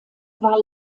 war